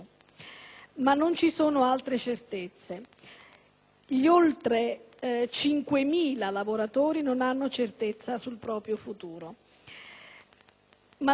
Gli oltre 5.000 lavoratori non hanno certezza sul proprio futuro. Non è soltanto una preoccupazione occupazionale,